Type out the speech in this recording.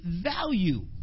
value